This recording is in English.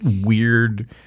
weird